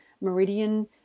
meridian